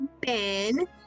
Ben